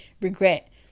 regret